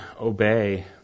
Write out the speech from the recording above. obey